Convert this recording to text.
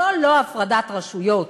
זו לא הפרדת רשויות.